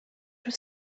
was